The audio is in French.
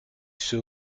ceux